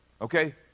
okay